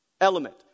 element